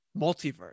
multiverse